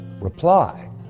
reply